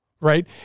right